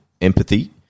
empathy